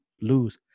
lose